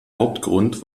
hauptgrund